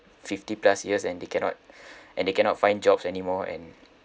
fifty plus years and they cannot and they cannot find jobs anymore and